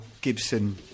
Gibson